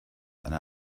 eine